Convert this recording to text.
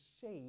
shade